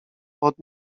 pod